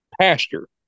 pasture